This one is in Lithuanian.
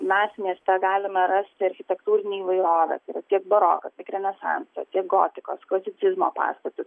mes mieste galime rasti architektūrinę įvairovę tiek baroko tiek renesanso tiek gotikos klasicizmo pastatus